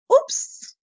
Oops